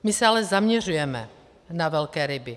My se ale zaměřujeme na velké ryby.